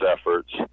efforts